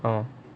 oh